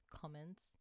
comments